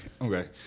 Okay